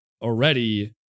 already